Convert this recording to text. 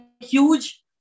huge